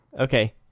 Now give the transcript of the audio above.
Okay